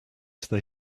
they